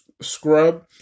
Scrub